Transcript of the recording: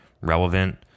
relevant